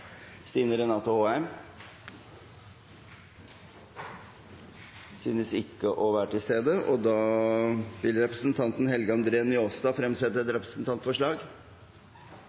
Stine Renate Håheim vil fremsette et representantforslag. –Det ser ikke ut til at representanten er til stede. Da vil representanten Helge André Njåstad fremsette et representantforslag.